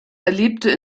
erlebte